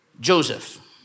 Joseph